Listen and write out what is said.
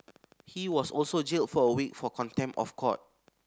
he was also jailed for a week for contempt of court